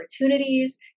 opportunities